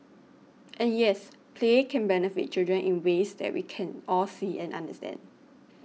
and yes play can benefit children in ways that we can all see and understand